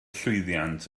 llwyddiant